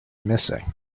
missing